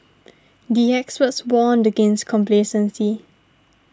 the experts warned against complacency